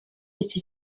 iki